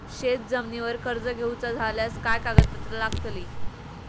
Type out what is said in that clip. शेत जमिनीवर कर्ज घेऊचा झाल्यास काय कागदपत्र लागतली?